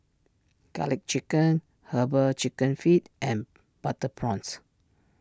Garlic Chicken Herbal Chicken Feet and Butter Prawns